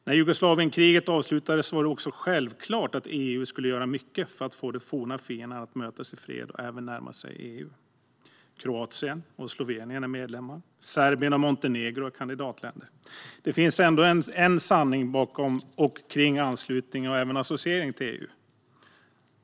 När Jugoslavienkriget avslutades var det också självklart att EU skulle göra mycket för att få de forna fienderna att mötas i fred och även närma sig EU. Kroatien och Slovenien är medlemmar. Serbien och Montenegro är kandidatländer. Det finns ändå en sanning bakom anslutning och även associering till EU.